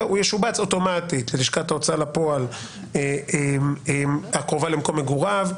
הוא ישובץ אוטומטית ללשכת ההוצאה לפועל הקרובה למקום מגוריו,